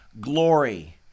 glory